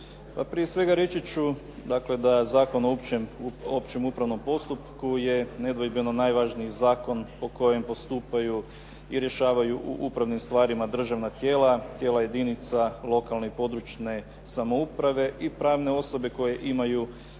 prije svega reći ću dakle da Zakon o općem upravnom postupku je nedvojbeno najvažniji zakon po kojem postupaju i rješavaju u upravnim stvarima državna tijela, tijela jedinica lokalne i područne samouprave i pravne osobe koje imaju